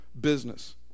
business